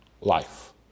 life